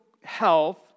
health